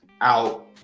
out